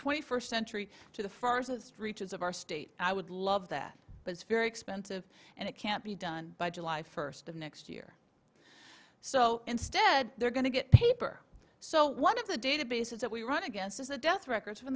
twenty first century to the first reaches of our state i would love that but it's very expensive and it can't be done by july first of next year so instead they're going to get paper so one of the databases that we run against is the death records from